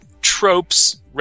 tropes